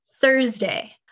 Thursday